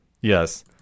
Yes